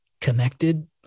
connected